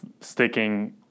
sticking